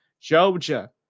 Georgia